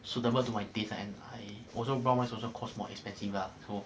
suitable to my taste and I also brown rice also cost more expensive lah so